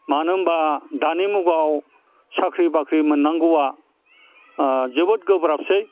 मानो होनबा दानि मुगायाव साख्रि बाख्रि मोननांगौआ जोबोद गोब्राबसै